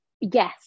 yes